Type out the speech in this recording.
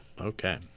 okay